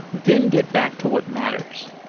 then get back to what matters.